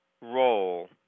role